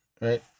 Right